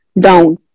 down